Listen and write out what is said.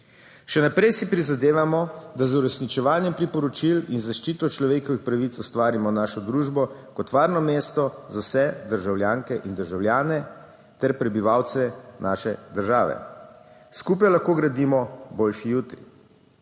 Še naprej si prizadevamo, da z uresničevanjem priporočil in zaščito človekovih pravic ustvarimo našo družbo kot varno mesto za vse državljanke in državljane ter prebivalce naše države. Skupaj lahko gradimo boljši jutri.